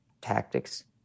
tactics